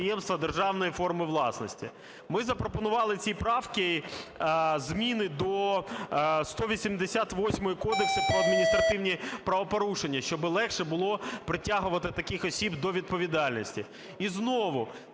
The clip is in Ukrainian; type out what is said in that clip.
державної форми власності. Ми запропонували в цій правці зміни до 188 Кодексу про адміністративні правопорушення, щоб легше було притягувати таких осіб до відповідальності. І знову